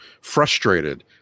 frustrated